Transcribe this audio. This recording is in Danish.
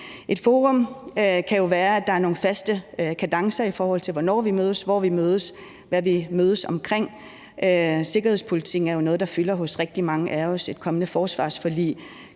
Et forum kan jo være, at der er nogle faste kadencer, i forhold til hvornår vi mødes, hvor vi mødes, og hvad vi mødes omkring. Sikkerhedspolitikken er jo noget, der fylder hos rigtig mange af os. Et kommende forsvarsforlig